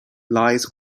lies